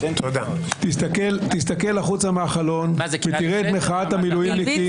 תסתכל החוצה מהחלון ותראה את מחאת המילואימניקים.